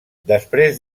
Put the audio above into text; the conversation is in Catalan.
després